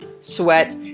sweat